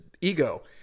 ego